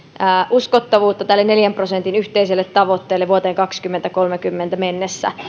uskottavuutta tälle neljän prosentin yhteiselle tavoitteelle vuoteen kaksituhattakolmekymmentä mennessä